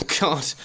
God